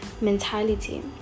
mentality